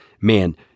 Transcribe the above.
man